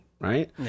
Right